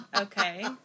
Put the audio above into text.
Okay